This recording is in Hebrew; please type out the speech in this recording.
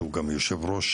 שהוא גם יושב ראש